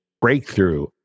breakthrough